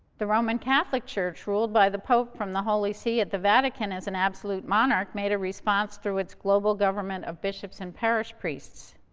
the roman catholic church, ruled by the pope from the holy see at the vatican as an absolute monarch, made a response through its global government of bishops and parish priests.